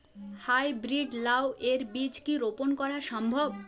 High breed লাও এর বীজ কি রোপন করা সম্ভব?